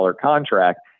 contract